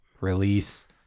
release